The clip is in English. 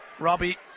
Robbie